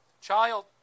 Child